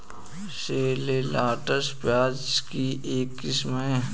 shallots, प्याज की एक किस्म है